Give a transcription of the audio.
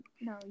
No